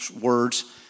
words